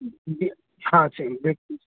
جی ہاں صحیح بالکل